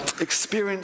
experience